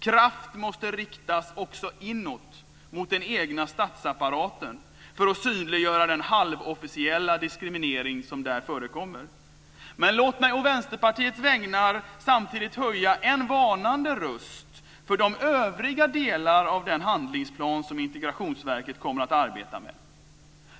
Kraft måste riktas också inåt, mot den egna statsapparaten, för att synliggöra den halvofficiella diskriminering som där förekommer. Men låt mig å Vänsterpartiets vägnar samtidigt höja en varnande röst för de övriga delarna i den handlingsplan som Integrationsverket kommer att arbeta med.